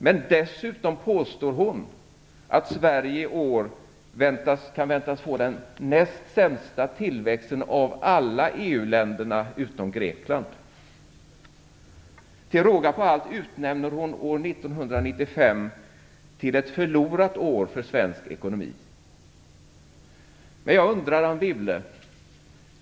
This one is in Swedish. Men dessutom påstår hon att Sverige i år kan förväntas få den näst sämsta tillväxten av alla EU Till råga på allt utnämner hon år 1995 till ett förlorat år för svensk ekonomi. Jag undrar, Anne Wibble.